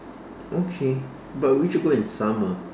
okay but we should go in summer